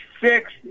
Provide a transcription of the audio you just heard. six